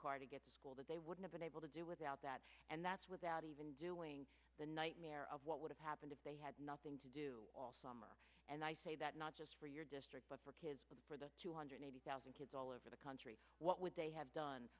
car to get school that they would have been able to do without that and that's without even doing the nightmare of what would have happened if they had nothing to do all summer and i say that not just for your district but for kids but for the two hundred eighty thousand kids all over the country what would they have done